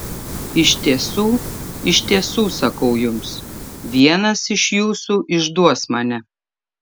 iš tiesų iš tiesų sakau jums vienas iš jūsų išduos mane